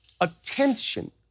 attention